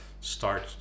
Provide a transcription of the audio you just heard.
start